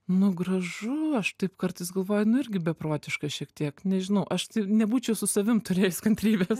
nu gražu aš taip kartais galvoju nu irgi beprotiška šiek tiek nežinau aš tai nebūčiau su savim turėjus kantrybės